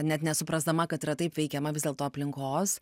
net nesuprasdama kad yra taip veikiama vis dėlto aplinkos